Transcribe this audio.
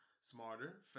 Smarter